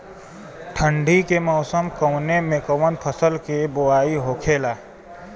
ठंडी के मौसम कवने मेंकवन फसल के बोवाई होखेला?